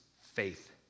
faith